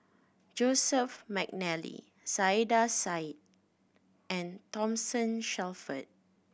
Joseph McNally Saiedah Said and Thomason Shelford